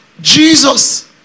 Jesus